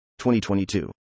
2022